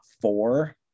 four